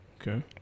Okay